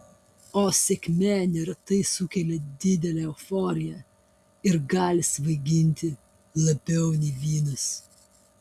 o sėkmė neretai sukelia didelę euforiją ir gali svaiginti labiau nei vynas